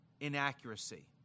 inaccuracy